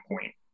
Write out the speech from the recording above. point